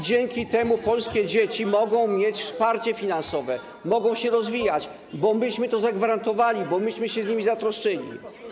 Dzięki temu polskie dzieci mogą mieć wsparcie finansowe, mogą się rozwijać, bo my to zagwarantowaliśmy, bo my się o nie zatroszczyliśmy.